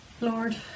Lord